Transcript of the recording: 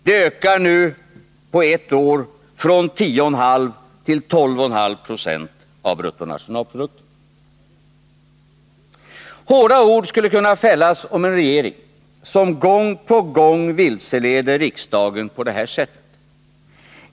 Det ökar nu på ett år från 10,5 till 12,5 20 av bruttonationalproduktionen. Hårda ord skulle kunna fällas om en regering som gång på gång vilseleder riksdagen på det här sättet.